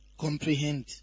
comprehend